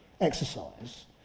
exercise